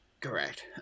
Correct